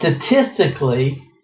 statistically